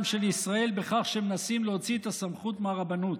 של ישראל בכך שמנסים להוציא את הסמכות מהרבנות.